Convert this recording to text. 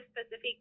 specific